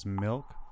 Milk